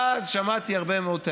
ואז שמעתי הרבה מאוד טענות.